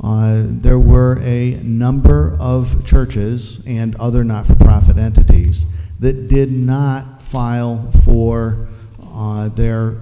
on there were a number of churches and other not for profit entities that did not file for their